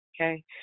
okay